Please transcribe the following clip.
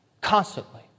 constantly